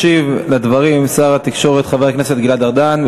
ישיב לדברים שר התקשורת חבר הכנסת גלעד ארדן.